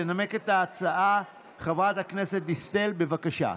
תנמק את ההצעה חברת הכנסת דיסטל, בבקשה.